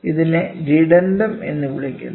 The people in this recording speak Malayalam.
ഇതിനെ ഡെഡെൻഡം എന്ന് വിളിക്കുന്നു